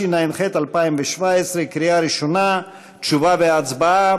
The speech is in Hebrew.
התשע"ח 2017, לקריאה ראשונה, תשובה והצבעה.